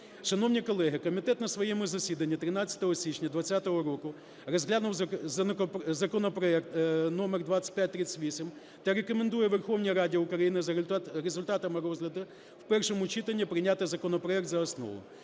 Шановні колеги, комітет на своєму засіданні 13 січня 20-го року розглянув законопроект номер 2538 та рекомендує Верховній Раді України за результатами розгляду в першому читанні прийняти законопроект за основу.